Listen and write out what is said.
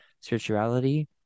spirituality